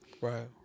Right